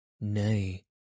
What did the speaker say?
Nay